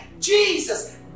Jesus